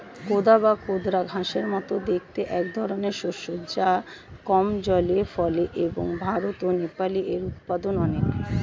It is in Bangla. কোদা বা কোদরা ঘাসের মতো দেখতে একধরনের শস্য যা কম জলে ফলে এবং ভারত ও নেপালে এর উৎপাদন অনেক